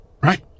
right